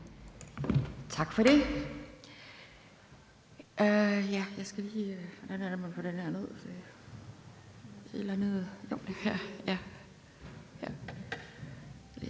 Tak for det.